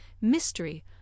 mystery